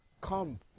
Come